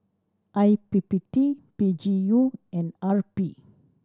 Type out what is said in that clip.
I P P T P G U and R P